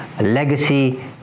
legacy